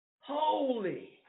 holy